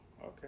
Okay